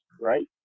right